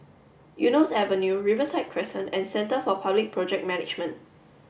Eunos Avenue Riverside Crescent and Centre for Public Project Management